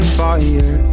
fire